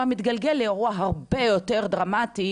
מתגלגל שהופך לאירוע הרבה יותר דרמטי